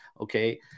Okay